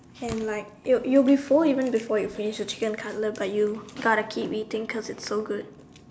and like you you would be full even before you finish the chicken cutlet but you gotta keep eating because it's so good